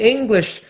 English